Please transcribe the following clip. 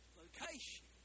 location